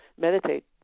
meditate